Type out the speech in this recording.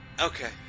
Okay